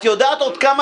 את יודעת עוד כמה,